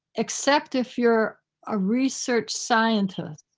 except if you're a research scientist,